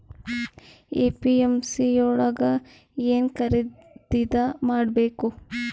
APMC ಯೊಳಗ ಏನ್ ಖರೀದಿದ ಮಾಡ್ಬೇಕು?